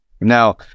Now